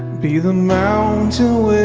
be the mountain